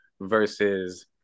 versus